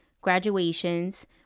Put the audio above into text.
graduations